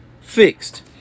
fixed